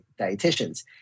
dietitians